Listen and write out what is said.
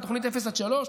על תוכנית אפס עד שלוש.